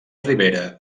rivera